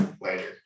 later